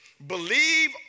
Believe